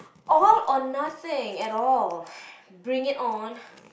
all or nothing at all bring it on